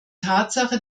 tatsache